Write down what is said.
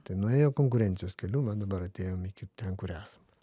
tai nuėjo konkurencijos keliu va dabar atėjom iki ten kur esam